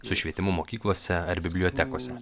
su švietimu mokyklose ar bibliotekose